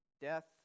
death